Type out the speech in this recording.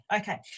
okay